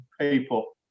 people